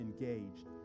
engaged